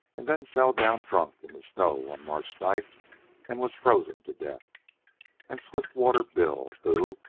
and then fell down drunk in the snow one march night and was frozen to death and swiftwater bill, who,